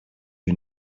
you